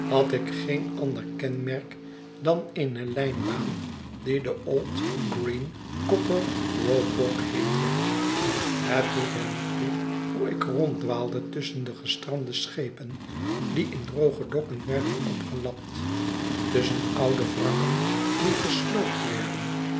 had ik geen ander kenmerk dan eene lijnbaan die de old green copper rope walk heette het doet er niet hoe ik ronddwaalde tusschen gestrande schepen die in droge dokken werden opgelapt tusschen oude wrakken die gesloopt werden